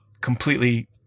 completely